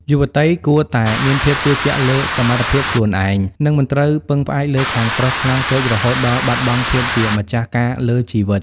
យុវតីគួរតែ "មានភាពជឿជាក់លើសមត្ថភាពខ្លួនឯង" និងមិនត្រូវពឹងផ្អែកលើខាងប្រុសខ្លាំងពេករហូតដល់បាត់បង់ភាពជាម្ចាស់ការលើជីវិត។